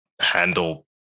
handle